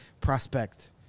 prospect